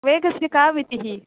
वेगस्य का मितिः